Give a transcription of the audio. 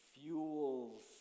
fuels